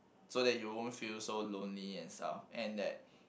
so that you won't feel so lonely and stuff and that